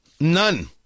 none